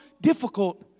difficult